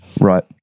right